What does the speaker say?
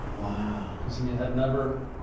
wow. cause he had never,